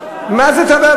דיין זה לא,